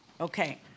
Okay